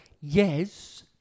Yes